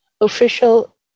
official